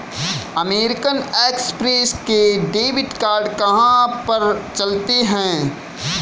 American Express के debit card कहाँ पर चलते हैं?